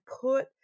put